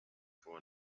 for